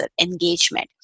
engagement